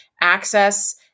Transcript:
access